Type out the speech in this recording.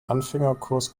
anfängerkurs